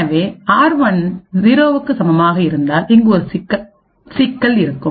எனவே ஆர்1 0 க்கு சமமாக இருந்தால் இங்கு ஒரு சிக்கல் இருக்கும்